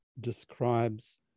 describes